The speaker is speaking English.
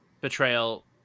Betrayal